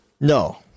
No